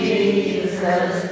Jesus